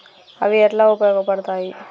అవి ఎట్లా ఉపయోగ పడతాయి?